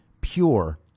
pure